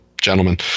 gentlemen